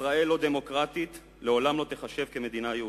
ישראל לא דמוקרטית לעולם לא תיחשב למדינה יהודית,